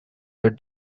were